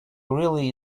really